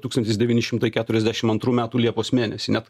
tūkstantis devyni šimtai keturiasdešim antrų metų liepos mėnesį net